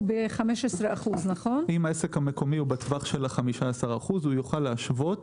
פחות --- אם העסק המקומי הוא בטווח של ה-15% הוא יוכל להשוות